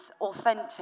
authentic